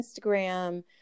instagram